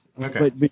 Okay